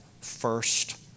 first